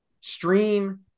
stream